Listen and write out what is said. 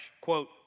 quote